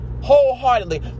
wholeheartedly